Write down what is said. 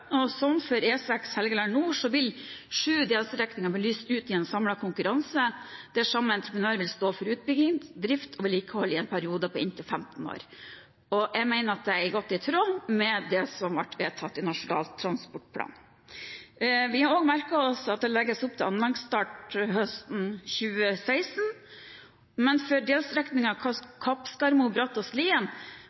og som for E6 Helgeland nord vil sju delstrekninger bli utlyst i en samlet konkurranse der samme entreprenør vil stå for utbygging, drift og vedlikehold i en periode på inntil 15 år. Jeg mener det er godt i tråd med det som ble vedtatt i Nasjonal transportplan. Vi har også merket oss at det legges opp til anleggsstart høsten 2016, men for delstrekningene Kappskarmo–Brattåsen og Brattåsen–Lien vil det bli benyttet tradisjonelle konkurranseformer, der drift og